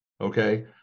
okay